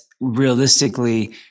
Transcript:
realistically